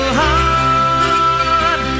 heart